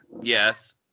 Yes